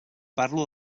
parlo